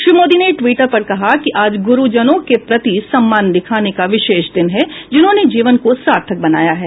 श्री मोदी ने ट्वीटर पर कहा कि आज गुरुजनों के प्रति सम्मान दिखाने का विशेष दिन है जिन्होंने जीवन को सार्थक बनाया है